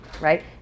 right